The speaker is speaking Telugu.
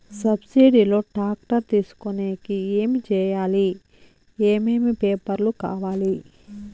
సబ్సిడి లో టాక్టర్ తీసుకొనేకి ఏమి చేయాలి? ఏమేమి పేపర్లు కావాలి?